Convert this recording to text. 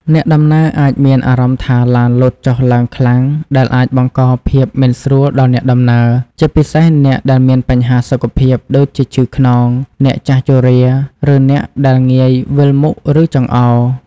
អ្នកដំណើរអាចមានអារម្មណ៍ថាឡានលោតចុះឡើងខ្លាំង ដែលអាចបង្កភាព មិនស្រួលដល់អ្នកដំណើរ ជាពិសេសអ្នកដែលមានបញ្ហាសុខភាពដូចជាឈឺខ្នង អ្នកចាស់ជរា ឬអ្នកដែលងាយវិលមុខ ឬចង្អោរ។